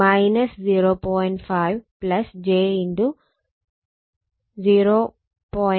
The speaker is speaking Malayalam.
5 j 0